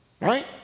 Right